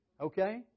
Okay